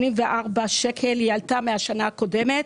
שעלתה מהשנה הקודמת,